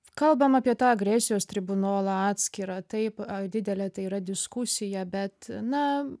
kalbam apie tą agresijos tribunolą atskirą taip didelė tai yra diskusija bet na